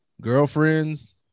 girlfriends